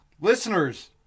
listeners